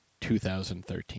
2013